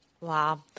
Wow